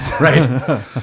Right